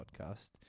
podcast